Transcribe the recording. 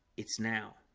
it's now